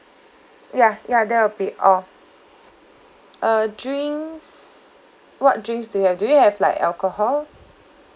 ya ya that will be all uh drinks what drinks do you have do you have like alcohol